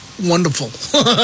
wonderful